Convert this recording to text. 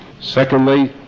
Secondly